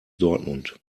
dortmund